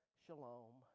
shalom